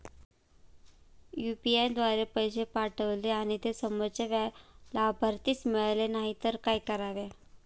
UPI द्वारे पैसे पाठवले आणि ते समोरच्या लाभार्थीस मिळाले नाही तर काय करावे?